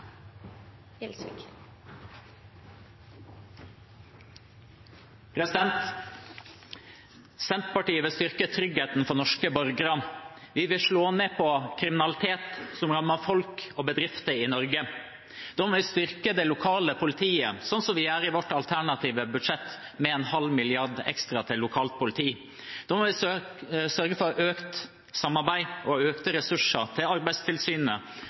politikk. Senterpartiet vil styrke tryggheten for norske borgere. Vi vil slå ned på kriminalitet som rammer folk og bedrifter i Norge. Da må vi styrke det lokale politiet, slik vi gjør i vårt alternative budsjett, med en halv milliard ekstra til lokalt politi. Da må vi sørge for økt samarbeid og økte ressurser til Arbeidstilsynet,